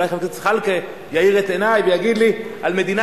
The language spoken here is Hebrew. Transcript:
אולי חבר הכנסת זחאלקה יאיר את עיני ויגיד לי על מדינה